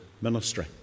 ministry